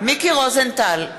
מיקי רוזנטל,